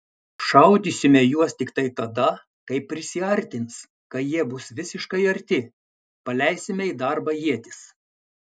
šaudysime į juos tiktai tada kai prisiartins kai jie bus visiškai arti paleisime į darbą ietis